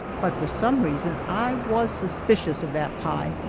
but for some reason i was suspicious of that pie,